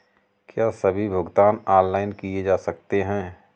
क्या सभी भुगतान ऑनलाइन किए जा सकते हैं?